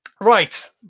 right